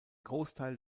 großteil